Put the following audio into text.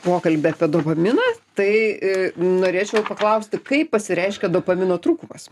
pokalbį apie dopaminą tai norėčiau paklausti kaip pasireiškia dopamino trūkumas